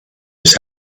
his